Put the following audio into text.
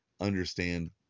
understand